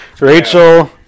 Rachel